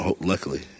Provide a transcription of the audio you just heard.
Luckily